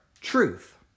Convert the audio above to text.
truth